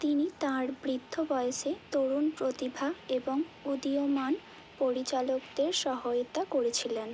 তিনি তাঁর বৃদ্ধ বয়সে তরুণ প্রতিভা এবং উদীয়মান পরিচালকদের সহায়তা করেছিলেন